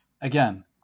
Again